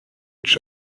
age